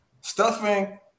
Stuffing